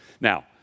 Now